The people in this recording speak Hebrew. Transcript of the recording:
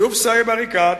שוב סאיב עריקאת,